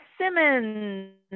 Simmons